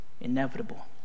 inevitable